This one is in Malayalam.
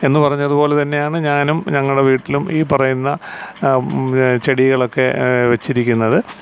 എന്നു പറഞ്ഞതുപോലെ തന്നെയാണ് ഞാനും ഞങ്ങളുടെ വീട്ടിലും ഈ പറയുന്ന ചെടികളൊക്കെ വെച്ചിരിക്കുന്നത്